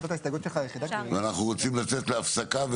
ואנחנו רוצים לצאת להפסקה,